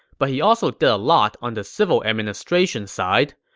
but he also did a lot on the civil administration side.